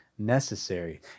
necessary